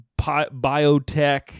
biotech